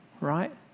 right